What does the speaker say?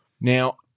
Now